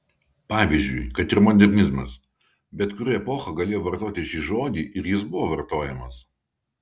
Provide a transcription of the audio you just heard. pavyzdžiui kad ir modernizmas bet kuri epocha galėjo vartoti šį žodį ir jis buvo vartojamas